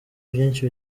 byinshi